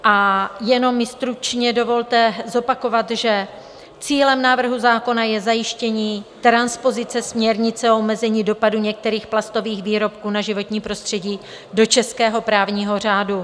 A jenom mi stručně dovolte zopakovat, že cílem návrhu zákona je zajištění transpozice směrnice o omezení dopadu některých plastových výrobků na životní prostředí do českého právního řádu.